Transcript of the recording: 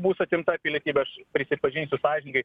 bus atimta pilietybė aš prisipažinsiu sąžiningai